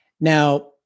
Now